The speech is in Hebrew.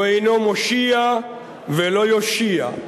הוא אינו מושיע ולא יושיע.